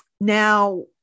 Now